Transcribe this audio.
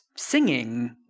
singing